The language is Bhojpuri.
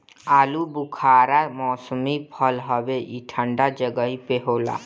आलूबुखारा मौसमी फल हवे ई ठंडा जगही पे होला